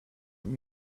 from